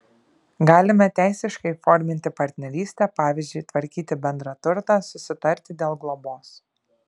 galime teisiškai įforminti partnerystę pavyzdžiui tvarkyti bendrą turtą susitarti dėl globos